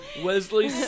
Wesley